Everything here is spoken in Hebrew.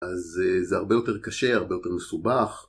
אז זה הרבה יותר קשה, הרבה יותר מסובך.